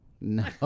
No